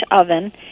oven